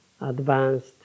advanced